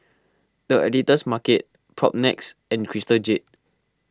the Editor's Market Propnex and Crystal Jade